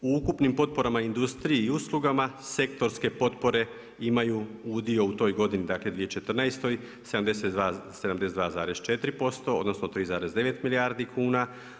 U ukupnim potporama u industriji i uslugama sektorske potpore imaju udio u toj godini dakle, 2014. 72,4%, odnosno 3,9 milijardi kuna.